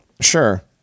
Sure